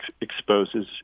exposes